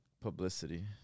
publicity